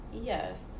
yes